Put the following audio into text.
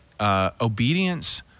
Obedience